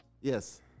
Yes